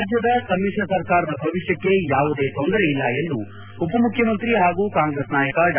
ರಾಜ್ಯದ ಸಮಿಶ್ರ ಸರ್ಕಾರದ ಭವಿಷ್ಕಕ್ಕೆ ಯಾವುದೇ ತೊಂದರೆ ಇಲ್ಲ ಎಂದು ಉಪಮುಖ್ಯಮಂತ್ರಿ ಹಾಗೂ ಕಾಂಗ್ರೆಸ್ ನಾಯಕ ಡಾ